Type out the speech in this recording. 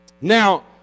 Now